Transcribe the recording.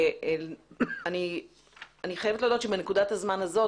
אני חייבת להודות שבנקודת הזמן הזאת